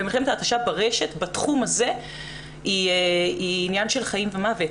ומלחמת ההתשה ברשת בתחום הזה היא עניין של חיים ומוות.